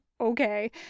Okay